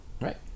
Right